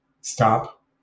stop